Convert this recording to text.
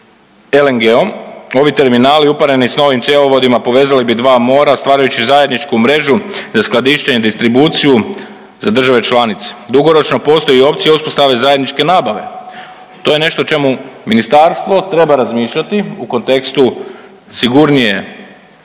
LNG-om. Ovi terminali upareni s novim cjevovodima povezali bi dva mora stvarajući zajedničku mrežu te skladištenje, distribuciju za države članice. Dugoročno postoji opcija uspostave zajedničke nabave. To je nešto o čemu ministarstvo treba razmišljati u kontekstu sigurnije